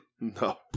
No